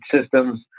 systems